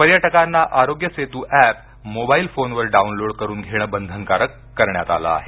पर्यटकांना आरोग्यसेतू अॅप आपल्या मोबाईल फोनवर डाऊनलोड करून घेणं बंधनकारक करण्यात आलं आहे